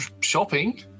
shopping